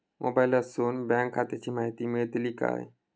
मोबाईलातसून बँक खात्याची माहिती मेळतली काय?